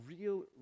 real